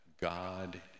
God